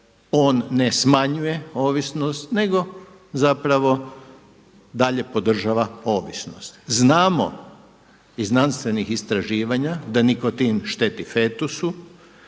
on ne smanjuje ovisnost nego dalje podržava ovisnost. Znamo iz znanstvenih istraživanja da nikotin šteti fetusu,